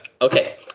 Okay